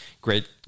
great